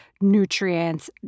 nutrients